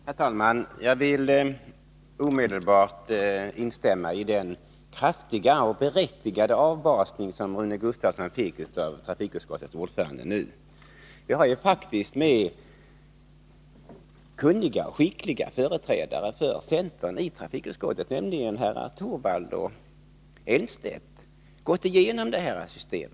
Herr talman! Jag vill omedelbart instämma i den kraftiga och berättigade avbasning som Rune Gustavsson nu fick av trafikutskottets ordförande. Vi har faktiskt med kunniga och skickliga företrädare för centern i trafikutskottet, nämligen herrar Torwald och Elmstedt, gått igenom detta system.